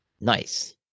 Nice